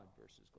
versus